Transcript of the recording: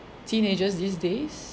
teenagers these days